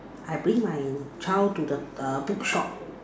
I bring my child to the uh bookshop